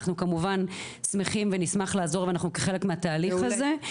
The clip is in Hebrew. אנחנו כמובן שמחים ונשמח לעזור אנחנו חלק מהתהליך הזה.